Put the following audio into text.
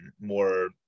more